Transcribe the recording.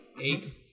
eight